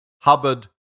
Hubbard